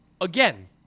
Again